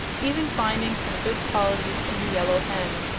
even finding some good qualities in the yellow hen.